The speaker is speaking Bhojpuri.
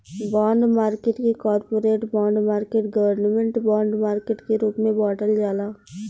बॉन्ड मार्केट के corporate bond market government bond market के रूप में बॉटल जाला